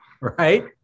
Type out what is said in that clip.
right